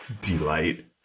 delight